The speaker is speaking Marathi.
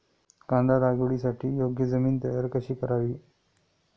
कांदा लागवडीसाठी योग्य जमीन तयार कशी करावी?